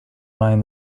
mind